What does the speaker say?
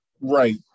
right